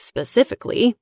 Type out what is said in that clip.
Specifically